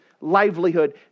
livelihood